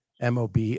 mob